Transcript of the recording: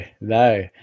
no